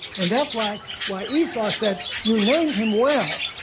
and that's why why esau said, you named him well,